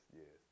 yes